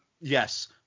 Yes